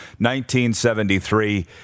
1973